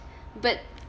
but